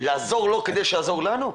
לעזור לו כדי שיעזור לנו?